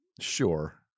Sure